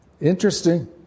interesting